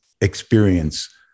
experience